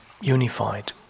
unified